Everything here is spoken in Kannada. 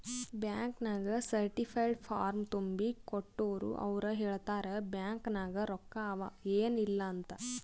ಬ್ಯಾಂಕ್ ನಾಗ್ ಸರ್ಟಿಫೈಡ್ ಫಾರ್ಮ್ ತುಂಬಿ ಕೊಟ್ಟೂರ್ ಅವ್ರ ಹೇಳ್ತಾರ್ ಬ್ಯಾಂಕ್ ನಾಗ್ ರೊಕ್ಕಾ ಅವಾ ಏನ್ ಇಲ್ಲ ಅಂತ್